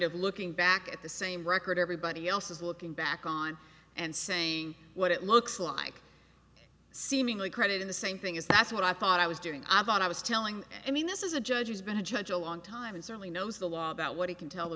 of looking back at the same record everybody else is looking back on and saying what it looks like seemingly credit in the same thing is that's what i thought i was doing i thought i was telling i mean this is a judge has been a judge a long time and certainly knows the law about what he can tell